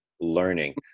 learning